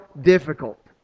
difficult